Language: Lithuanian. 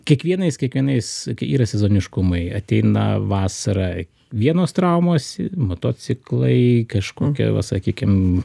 kiekvienais kiekvienais yra sezoniškumai ateina vasara vienos traumos motociklai kažkokia va sakykim